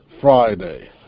Friday